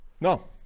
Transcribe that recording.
no